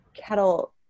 kettle